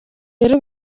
rero